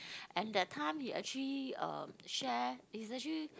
and that time he actually uh share is actually